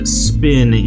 spin